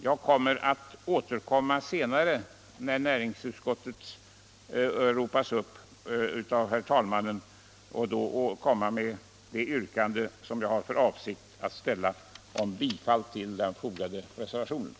Jag ber att få återkomma senare med yrkande om bifall till vår reservation vid näringsutskottets betänkande nr 34.